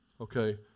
Okay